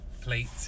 plate